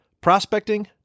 prospecting